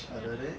ya lah